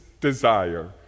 desire